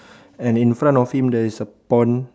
and in front of him there is a pond